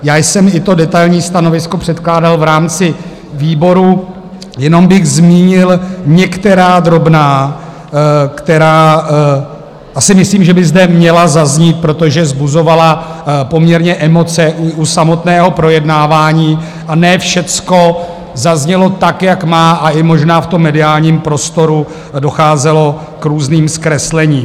Já jsem i to detailní stanovisko předkládal v rámci výboru, jenom bych zmínil některá drobná, která asi myslím, že by zde měla zaznít, protože vzbuzovala poměrně emoce u samotného projednávání, a ne všecko zaznělo tak, jak má, a i možná v mediálním prostoru docházelo k různým zkreslením.